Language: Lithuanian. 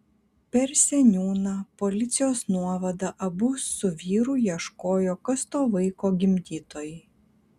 per seniūną policijos nuovadą abu su vyru ieškojo kas to vaiko gimdytojai